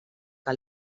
que